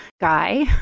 guy